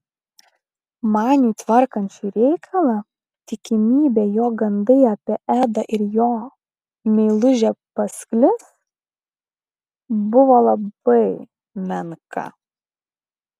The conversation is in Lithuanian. maniui tvarkant šį reikalą tikimybė jog gandai apie edą ir jo meilužę pasklis buvo labai menka